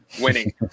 winning